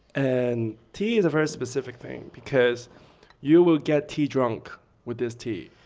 and tea is a very specific thing, because you will get tea drunk with this tea.